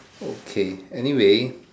okay anyway